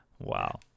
Wow